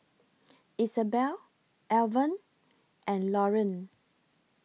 Isabell Alvan and Lauryn